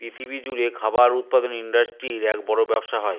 পৃথিবী জুড়ে খাবার উৎপাদনের ইন্ডাস্ট্রির এক বড় ব্যবসা হয়